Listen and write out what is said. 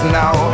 now